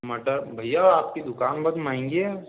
मटर भैया आप की दुकान बहुत महँगी है